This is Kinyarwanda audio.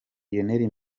lionel